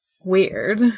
weird